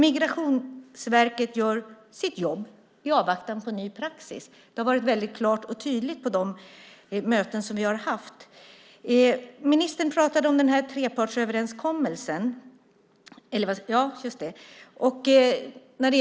Migrationsverket gör sitt jobb i avvaktan på ny praxis. Det har varit väldigt klart och tydligt på de möten som vi har haft. Ministern pratade om den här trepartsöverenskommelsen.